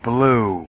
Blue